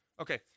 okay